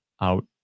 out